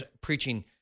preaching